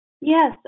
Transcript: Yes